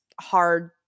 hard